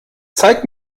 zeig